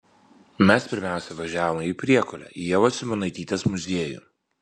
mes pirmiausia važiavome į priekulę į ievos simonaitytės muziejų